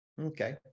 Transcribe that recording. Okay